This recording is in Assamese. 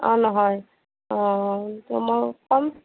অঁ নহয় অঁ অঁ মই ক'ম